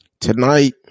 tonight